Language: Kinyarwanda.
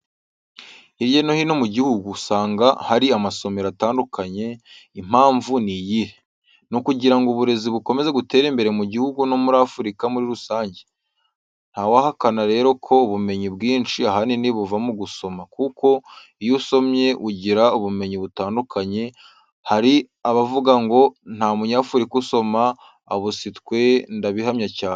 Hirya no hino mu gihugu usanga hari amasomero atandukanye, impamvu ni iyihe? Ni ukugira ngo uburezi bokomeze gutera imbere mu gihugu no muri Afurika muri rusange. Ntawahakana rero ko ubumenyi bwinshi ahanini buva mu gusoma, kuko iyo usomye ugira ubumenyi butandukanye. Hari abavuga ngo nta munyafurika usoma, abo si twe ndabihamya cyane.